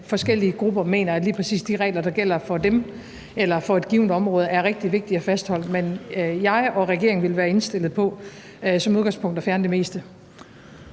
forskellige grupper mener, at lige præcis de regler, der gælder for dem eller for et givent område, er rigtig vigtige at fastholde. Men jeg og regeringen vil være indstillet på som udgangspunkt at fjerne det meste.